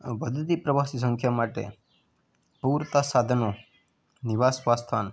વધતી પ્રવાસી સંખ્યા માટે પૂરતાં સાધનો નિવાસસ્થાન